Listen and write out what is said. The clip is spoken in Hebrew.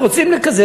רוצים לקזז,